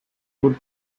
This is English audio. would